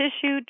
tissue